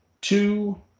two